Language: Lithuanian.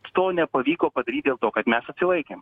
to nepavyko padaryt dėl to kad mes atsilaikėm